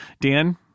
Dan